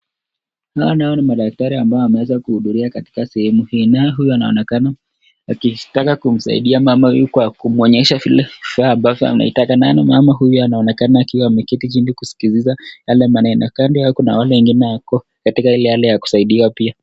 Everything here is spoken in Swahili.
Naona hawa ni madaktari ambao wameweza kuhudhuria katika sehemu hii naye huyu anaonekana akitaka kumsaidia mama huyu kwa kumwonesha vile vifaa ambavyo anataka naye mama huyu anaonekana akiwa ameketi chini kuskiliza yale maneno. Kando yao kuna wale wengine wako katika ile hali ya kusaidiwa pia.